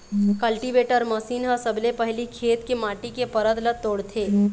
cultivator machine ह सबले पहिली खेत के माटी के परत ल तोड़थे